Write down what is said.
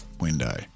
window